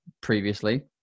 previously